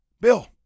Bill